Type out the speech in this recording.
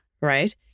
Right